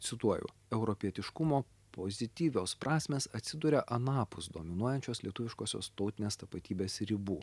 cituoju europietiškumo pozityvios prasmės atsiduria anapus dominuojančios lietuviškosios tautinės tapatybės ribų